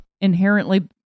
inherently